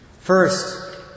First